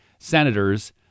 senators